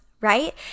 right